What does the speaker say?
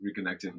reconnecting